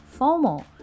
FOMO